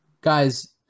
Guys